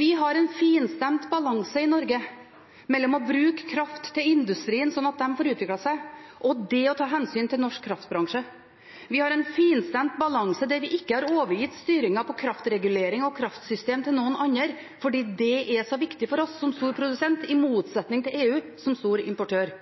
Vi har en finstemt balanse i Norge mellom det å bruke kraft til industrien, slik at den får utviklet seg, og det å ta hensyn til norsk kraftbransje. Vi har en finstemt balanse der vi ikke har overgitt styringen av kraftregulering og kraftsystem til noen andre, fordi det er så viktig for oss som stor produsent – i motsetning til EU, som er en stor importør.